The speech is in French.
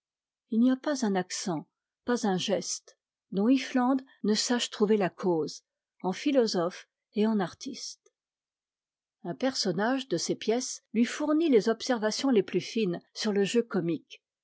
il n'y a pas un accent pas un geste dont iffland ne sache trouver la cause en philosophe et en artiste un personnage de ses pièces lui fournit les observations les plus fines sur le jeu comique